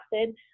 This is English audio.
acid